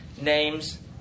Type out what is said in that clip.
name's